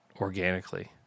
organically